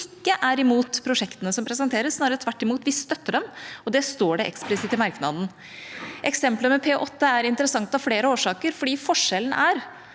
ikke er imot prosjektene som presenteres, snarere tvert imot. Vi støtter dem, og det står det eksplisitt i merknaden. Eksemplet med P-8 er interessant av flere årsaker, for forskjellen er